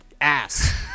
ass